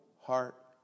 heart